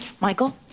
michael